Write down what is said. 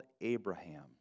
Abraham